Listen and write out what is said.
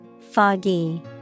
foggy